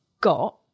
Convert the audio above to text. got